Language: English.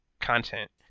content